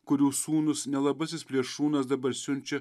kurių sūnus nelabasis plėšrūnas dabar siunčia